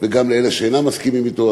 וגם לאלה שאינם מסכימים אתו.